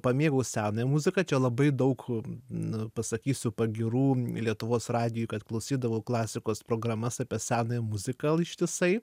pamėgau senąją muziką čia labai daug nu pasakysiu pagyrų lietuvos radijui kad klausydavau klasikos programas apie senąją muziką ištisai